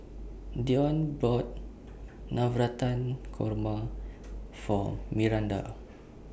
Deon bought Navratan Korma For Myranda